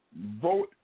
Vote